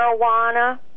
marijuana